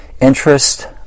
interest